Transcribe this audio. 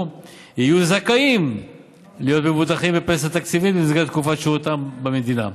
יהיו זכאים להיות מבוטחים בפנסיה תקציבית במסגרת תקופת שירותם במדינה.